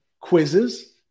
quizzes